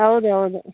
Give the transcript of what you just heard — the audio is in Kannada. ಹೌದು ಹೌದು